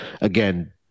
again